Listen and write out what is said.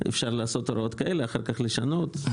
אפשר לעשות הוראות כאלה ואחר כך לשנות.